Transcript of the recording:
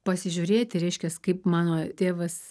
pasižiūrėti reiškias kaip mano tėvas